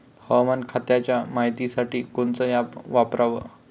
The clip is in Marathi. हवामान खात्याच्या मायतीसाठी कोनचं ॲप वापराव?